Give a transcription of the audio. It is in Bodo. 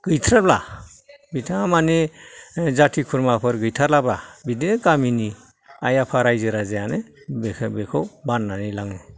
गैथ्राब्ला बिथाङा माने जाथि खुर्माफोर गैथारलाबा बिदिनो गामिनि आय आफा रायजो राजायानो बेखौ बान्नानै लोङो